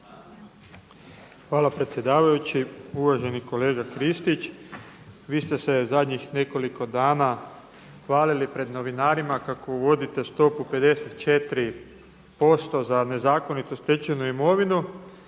Hvala predsjedavajući. Uvaženi kolega Kristić, vi ste se zadnjih nekoliko dana hvalili pred novinarima kako uvodite stopu 54% za nezakonito stečenu imovinu